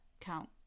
count